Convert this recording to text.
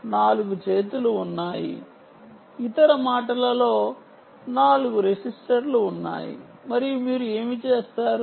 4 చేతులు ఉన్నాయి ఇతర మాటలలో 4 రెసిస్టర్లు ఉన్నాయి మరియు మీరు ఏమి చేస్తారు